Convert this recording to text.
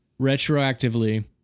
retroactively